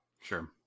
Sure